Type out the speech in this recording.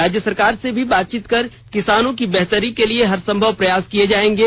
राज्य सरकार से भी बातचीत कर किसानों के बेहतरी के लिए हर संभव प्रयास किये जायेंगे